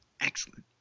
Excellent